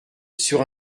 sur